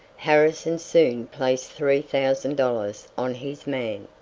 harrison soon placed three thousand dollars on his man.